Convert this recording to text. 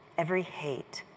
every hate,